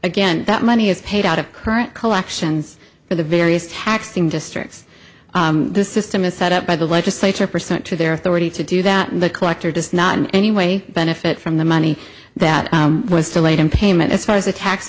again that money is paid out of current collections for the various taxing districts the system is set up by the legislature pursuant to their authority to do that and the collector does not in any way benefit from the money that was delayed in payment as far as the tax